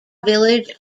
village